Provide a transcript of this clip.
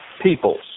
peoples